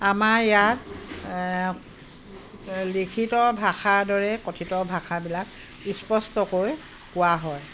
আমাৰ ইয়াত লিখিত ভাষাৰ দৰে কথিত ভাষাবিলাক স্পষ্টকৈ কোৱা হয়